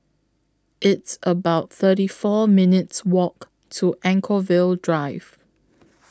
It's about thirty four minutes' Walk to Anchorvale Drive